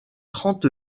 trente